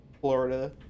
florida